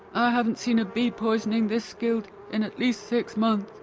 i haven't seen a bee poisoning this skilled in at least six months.